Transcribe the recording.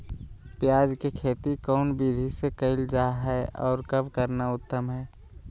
प्याज के खेती कौन विधि से कैल जा है, और कब करना उत्तम है?